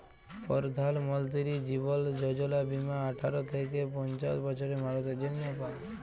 পরধাল মলতিরি জীবল যজলা বীমা আঠার থ্যাইকে পঞ্চাশ বসরের মালুসের জ্যনহে পায়